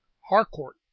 Harcourt